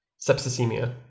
sepsisemia